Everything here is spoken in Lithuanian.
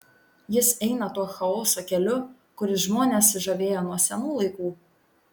jis eina tuo chaoso keliu kuris žmonės žavėjo nuo senų laikų